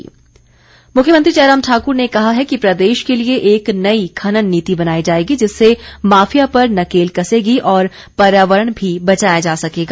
मुख्यमंत्री मुख्यमंत्री जयराम ठाकुर ने कहा है कि प्रदेश के लिए एक नई खनन नीति बनाई जाएगी जिससे माफिया पर नकेल कसेगी और पर्यावरण भी बचाया जा सकेगा